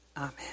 Amen